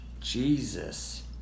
Jesus